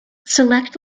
select